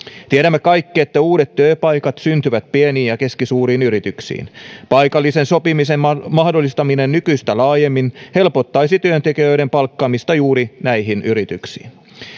tiedämme kaikki että uudet työpaikat syntyvät pieniin ja keskisuuriin yrityksiin paikallisen sopimisen mahdollistaminen nykyistä laajemmin helpottaisi työntekijöiden palkkaamista juuri näihin yrityksiin